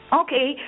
okay